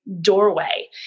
doorway